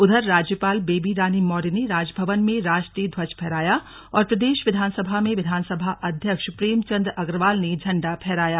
उधर राज्यपाल बेबी रानी मौर्य ने राजभवन में राष्ट्रीय ध्वज फहराया और प्रदेश विधानसभा में विधानसभा अध्यक्ष प्रेमचंद अग्रवाल ने झंडा फहराया